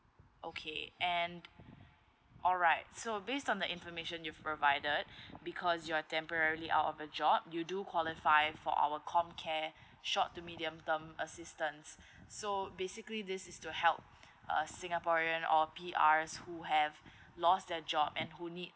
okay and alright so based on the information you've provided because you're temporarily out of a job you do qualify for our COMCARE short to medium term assistance so basically this is to help uh singaporean or P_Rs who have lost their job and who need